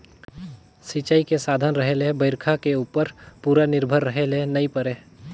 सिंचई के साधन रहें ले बइरखा के उप्पर पूरा निरभर रहे ले नई परे